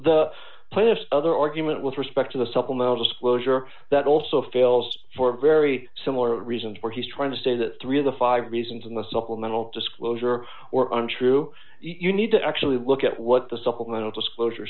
plaintiffs other argument with respect to the supplemental disclosure that also fails for very similar reasons where he's trying to say that three of the five reasons in the supplemental disclosure or untrue you need to actually look at what the supplemental disclosure